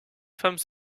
femme